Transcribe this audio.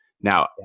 Now